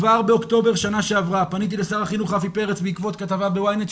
כבר באוקטובר שנה שעברה פניתי לשר החינוך רפי פרץ בעקבות כתבה ב-YNET,